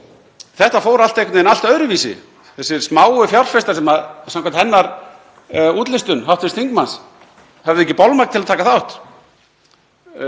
Þetta fór allt einhvern veginn allt öðruvísi, þessir smáu fjárfestar sem samkvæmt útlistun hv. þingmanns höfðu ekki bolmagn til að taka þátt,